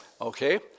Okay